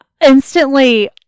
Instantly